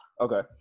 Okay